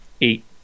eight